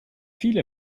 viele